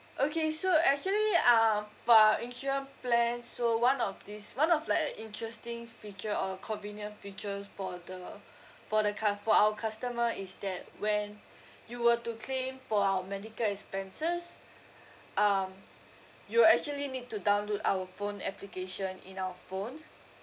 okay so actually um for our insurance plan so one of these one of like a interesting feature uh convenient features for the for the cu~ for our customer is that when you were to claim for our medical expenses um you will actually need to download our phone application in your phone